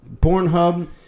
Pornhub